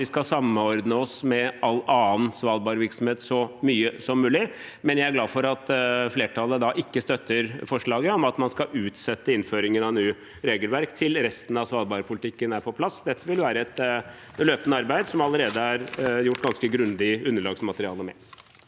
vi skal samordne oss med all annen virksomhet på Svalbard så mye som mulig, men jeg er glad for at flertallet ikke støtter forslaget om at man skal utsette innføringen av nye regelverk til resten av svalbardpolitikken er på plass. Dette vil være et løpende arbeid hvor det allerede er laget et ganske grundig underlagsmateriale.